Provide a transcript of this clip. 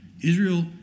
Israel